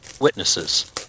witnesses